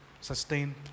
sustain